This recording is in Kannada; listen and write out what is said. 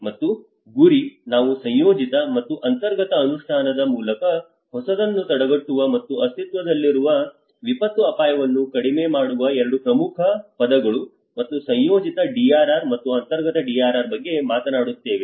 ಮತ್ತು ಗುರಿ ನಾವು ಸಂಯೋಜಿತ ಮತ್ತು ಅಂತರ್ಗತ ಅನುಷ್ಠಾನದ ಮೂಲಕ ಹೊಸದನ್ನು ತಡೆಗಟ್ಟುವ ಮತ್ತು ಅಸ್ತಿತ್ವದಲ್ಲಿರುವ ವಿಪತ್ತು ಅಪಾಯವನ್ನು ಕಡಿಮೆ ಮಾಡುವ ಎರಡು ಪ್ರಮುಖ ಪದಗಳು ಮತ್ತು ಸಂಯೋಜಿತ DRR ಮತ್ತು ಅಂತರ್ಗತ DRR ಬಗ್ಗೆ ಮಾತನಾಡುತ್ತೇವೆ